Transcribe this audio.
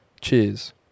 Cheers